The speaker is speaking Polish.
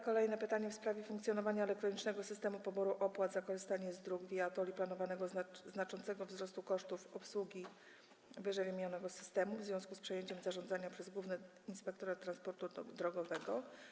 Kolejne pytanie jest w sprawie funkcjonowania elektronicznego systemu poboru opłat za korzystanie z dróg - viaTOLL i planowanego znaczącego wzrostu kosztów obsługi ww. systemu, w związku z przejęciem zarządzania przez Główny Inspektorat Transportu Drogowego.